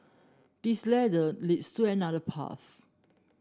this ladder leads to another path